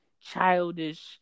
childish